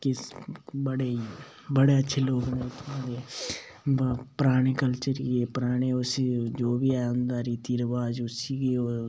कि बड़े बड़े अच्छे लोग न उत्थै दे पराने कल्चर गी पराने उस्सी जो बी ऐ उं'दा रीति रवाज़ उस्सी गै ओह्